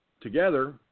together